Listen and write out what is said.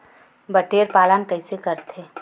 बटेर पालन कइसे करथे?